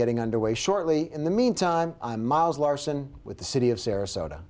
getting underway shortly in the mean time miles larson with the city of sarasota